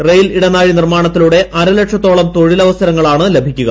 rail ഇടനാഴി നിർമാണത്തിലൂടെ അരലക്ഷത്തോളം തൊഴിലവസരങ്ങളാണ് ലഭിക്കുക